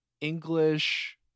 English